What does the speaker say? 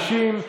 60,